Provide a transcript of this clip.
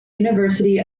university